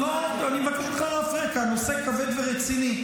אני מבקש ממך לא להפריע כי הנושא כבד ורציני.